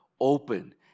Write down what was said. Open